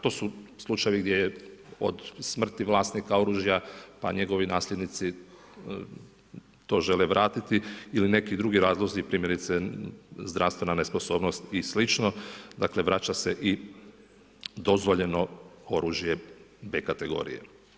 To su slučajevi gdje je od smrti vlasnika oružja pa njegovi nasljednici to žele vratiti ili neki drugi razlozi, primjerice zdravstvena nesposobnost i slično, dakle vraća se i dozvoljeno oružje B kategorije.